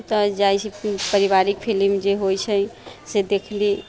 तऽ जाइत छी पारिवारिक फिलिम जे होइत छै से देखली